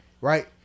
Right